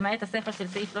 למעט הסיפה של סעיף 303(ב)